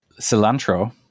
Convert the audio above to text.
Cilantro